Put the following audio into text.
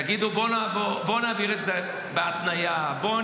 תגידו, בואו נעביר את זה בהתניה, בואו